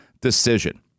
decision